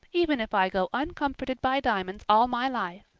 even if i go uncomforted by diamonds all my life,